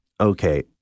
okay